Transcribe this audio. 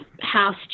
house